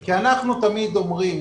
כי אנחנו תמיד אומרים